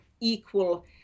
equal